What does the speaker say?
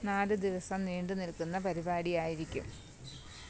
നാലു ദിവസം നീണ്ടുനിൽക്കുന്ന പരിപാടി ആയിരിക്കും